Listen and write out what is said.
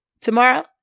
Tomorrow